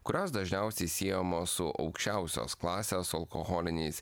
kurios dažniausiai siejamos su aukščiausios klasės alkoholiniais